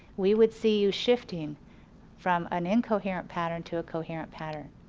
we would see you shifting from an incoherent pattern to a coherent pattern.